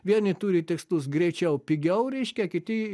vieni turi tikslus greičiau pigiau reiškia kiti